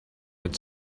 had